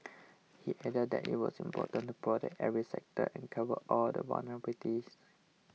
he added that it was important to protect every sector and cover all the